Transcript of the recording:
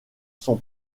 son